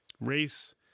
race